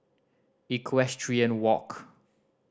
Equestrian Walk